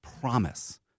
promise